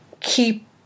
keep